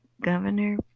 governor